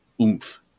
oomph